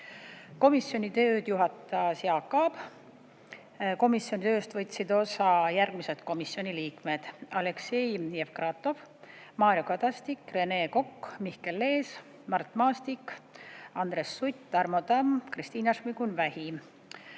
Komisjoni tööd juhatas Jaak Aab. Komisjoni tööst võtsid osa järgmised komisjoni liikmed: Aleksei Jevgrafov, Mario Kadastik, Rene Kokk, Mihkel Lees, Mart Maastik, Andres Sutt, Tarmo Tamm, Kristina Šmigun- Vähi.